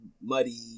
muddy